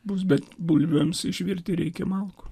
bus bet bulvėms išvirti reikia malkų